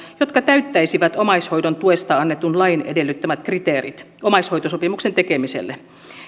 jotka täyttäisivät omaishoidon tuesta annetun lain edellyttämät kriteerit omaishoitosopimuksen tekemiselle